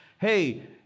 hey